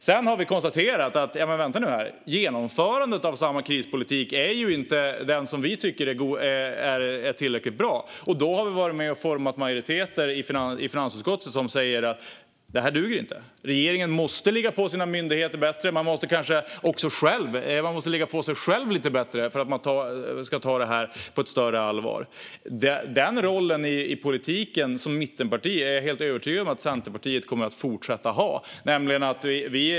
Sedan har vi konstaterat att genomförandet av samma krispolitik inte är tillräckligt bra. Då har vi varit med och format majoriteter i finansutskottet som säger att det här inte duger, att regeringen måste ligga på sina myndigheter bättre och att regeringen kanske även måste ligga på sig själv lite bättre och ta det här på ett större allvar. Den rollen som mittenparti i politiken är jag helt övertygad om att Centerpartiet kommer att fortsätta ha.